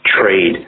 trade